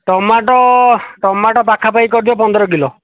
ଟମାଟ tomato ପାଖାପାଖି କରିଦିଅ ପନ୍ଦର କିଲୋ